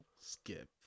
skip